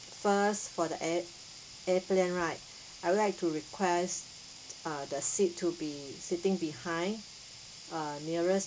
first for the air airplane right I would like to request uh the seat to be sitting behind uh nearest